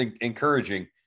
encouraging